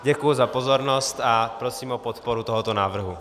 Děkuji za pozornost a prosím o podporu tohoto návrhu.